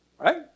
right